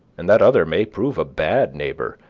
and that other may prove a bad neighbor,